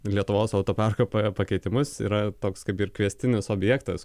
lietuvos autoparko pakeitimus yra toks kaip ir kviestinis objektas